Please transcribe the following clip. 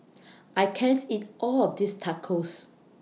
I can't eat All of This Tacos